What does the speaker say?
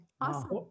Awesome